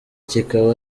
kikaba